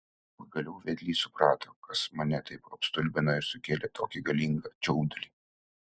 pagaliau vedlys suprato kas mane taip apstulbino ir sukėlė tokį galingą čiaudulį